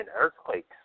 earthquakes